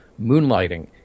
Moonlighting